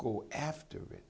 go after it